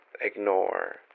ignore